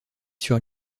sur